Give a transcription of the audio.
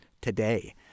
today